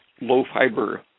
low-fiber